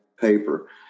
paper